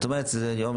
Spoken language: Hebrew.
זאת אומרת שתוך יום,